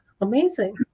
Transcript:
amazing